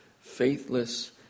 faithless